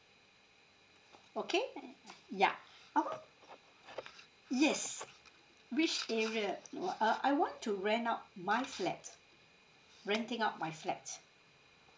okay yup I want yes which area what uh I want to rent out my flat renting out my flat